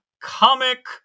comic